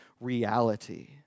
reality